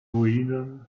ruinen